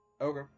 Okay